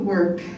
Work